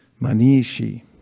Manishi